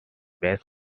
based